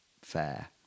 fair